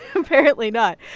apparently not.